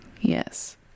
Yes